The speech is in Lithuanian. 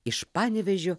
iš panevėžio